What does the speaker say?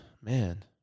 Man